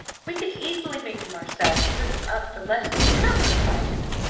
we can easily make them ourselves, and put them up for less than half the price.